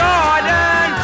Jordan